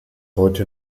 heute